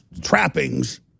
trappings